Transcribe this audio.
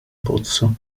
pozzo